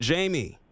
Jamie